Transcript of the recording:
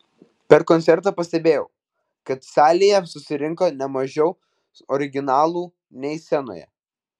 per koncertą pastebėjau kad salėje susirinko ne mažiau originalų nei scenoje